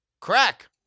Crack